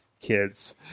Kids